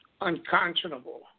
unconscionable